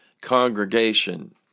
congregation